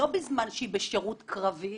לא בזמן שהיא בשירות קרבי,